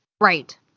Right